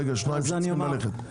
השניים שצריכים ללכת,